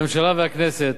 הממשלה והכנסת,